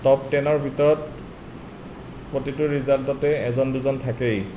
top টেনৰ ভিতৰত প্ৰতিটো ৰিজাল্টতে এজন দুজন থাকেই